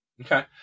Okay